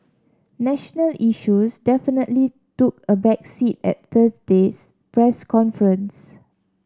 national issues definitely took a back seat at Thursday's press conference